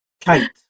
kate